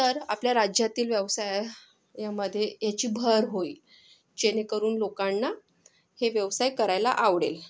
तर आपल्या राज्यातील व्यवसाय यामध्ये याची भर होईल जेणेकरून लोकांना हे व्यवसाय करायला आवडेल